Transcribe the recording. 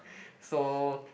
so